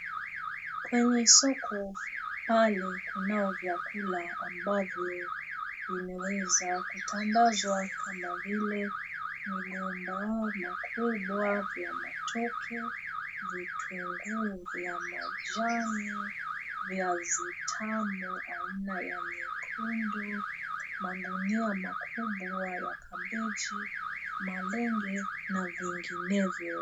Kwenye soko pale kunao vyakula ambavyo vimeweza kutandazwa kama vile migomba makubwa vya matoke, vitunguru vya majani, viazi tamu aina ya nyekundu, magunia makubwa ya kabeji malenge na vinginevyo.